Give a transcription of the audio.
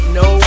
no